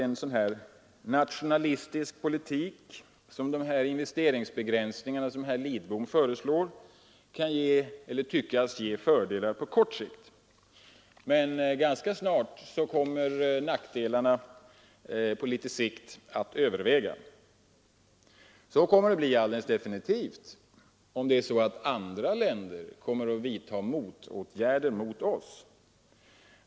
En sådan nationalistisk politik som de investeringsbegränsningar som herr Lidbom föreslår kan tyckas ge fördelar på kort sikt, men ganska snart kommer nackdelarna på litet längre sikt att överväga. Så kommer det definitivt att bli om andra länder vidtar motåtgärder mot oss.